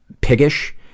piggish